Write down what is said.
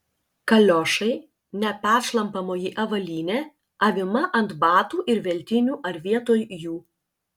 kaliošai neperšlampamoji avalynė avima ant batų ir veltinių ar vietoj jų